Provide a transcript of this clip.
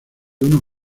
uno